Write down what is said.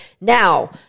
Now